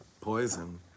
poison